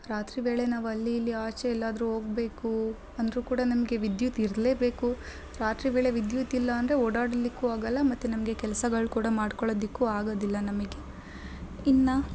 ರಾತ್ರಿ ವೇಳೆ ನಾವು ಅಲ್ಲಿ ಇಲ್ಲಿ ಆಚೆ ಎಲ್ಲಾದರೂ ಹೋಗ್ಬೇಕು ಅಂದರೂ ಕೂಡ ನಮಗೆ ವಿದ್ಯುತ್ ಇರಲೇಬೇಕು ರಾತ್ರಿ ವೇಳೆ ವಿದ್ಯುತ್ ಇಲ್ಲ ಅಂದರೆ ಓಡಾಡಲಿಕ್ಕೂ ಆಗಲ್ಲ ಮತ್ತು ನಮಗೆ ಕೆಲ್ಸಗಳು ಕೂಡ ಮಾಡ್ಕೊಕೊಳ್ಳೋದಕ್ಕೂ ಆಗೋದಿಲ್ಲ ನಮಗೆ ಇನ್ನು